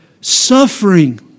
suffering